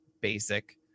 basic